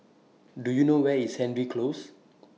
Do YOU know Where IS Hendry Close